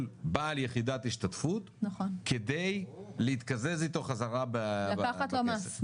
יחידת השתתפות כדי להתקזז איתו חזרה בכסף.